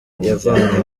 yavanye